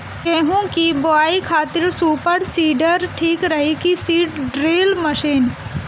गेहूँ की बोआई खातिर सुपर सीडर ठीक रही की सीड ड्रिल मशीन?